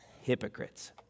hypocrites